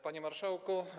Panie Marszałku!